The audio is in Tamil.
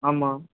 ஆமாம்